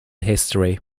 history